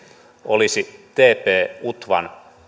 olisi tp utvan